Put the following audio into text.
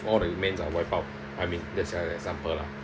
all the remains are wiped out I mean just a example lah